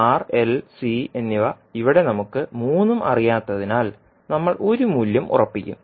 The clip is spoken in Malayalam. R L C എന്നിവ ഇവിടെ നമുക്ക് 3ഉം അറിയാത്തതിനാൽ നമ്മൾ ഒരു മൂല്യം ഉറപ്പിക്കും